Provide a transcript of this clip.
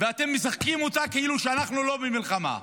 ואתם משחקים אותה כאילו אנחנו לא במלחמה.